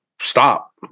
stop